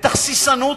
בתכסיסנות,